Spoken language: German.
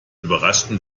überraschten